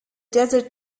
desert